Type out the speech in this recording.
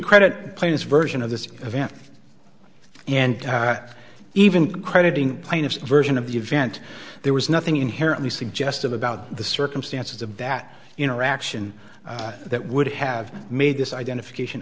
credit played its version of this event and that even crediting kind of version of the event there was nothing inherently suggestive about the circumstances of that interaction that would have made this identification